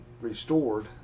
restored